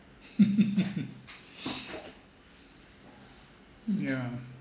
yeah